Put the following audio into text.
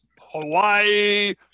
Hawaii